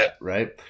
right